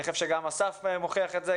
אני חושב שגם אסף מוכיח את זה,